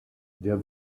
der